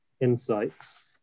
insights